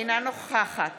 אינה נוכחת